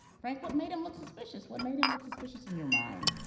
frank, what made him look suspicious? what made him look suspicious in your mind?